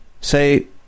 say